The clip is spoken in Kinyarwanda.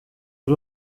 ari